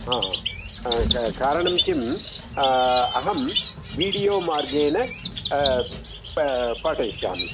हा हा क् कारणं किं अहं वीडियो मार्गेण पाठयिष्यामि